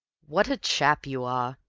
what a chap you are!